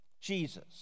Jesus